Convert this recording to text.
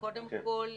קודם כל,